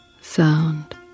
Sound